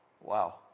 Wow